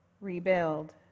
rebuild